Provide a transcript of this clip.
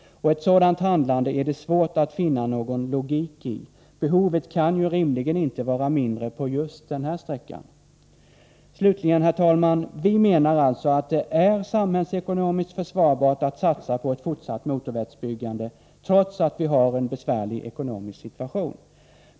Och ett sådant handlande är det svårt att finna någon logik i. Behovet kan ju inte rimligen vara mindre på just den här sträckan. Slutligen, herr talman: Vi menar alltså att det är samhällekonomiskt försvarbart att satsa på ett fortsatt motorvägsbyggande trots att vi har en besvärlig ekonomisk situation.